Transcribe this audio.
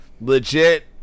legit